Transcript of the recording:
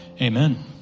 Amen